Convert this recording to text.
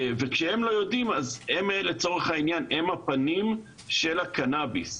והם הפנים של הקנביס.